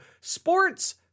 Sports